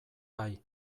bai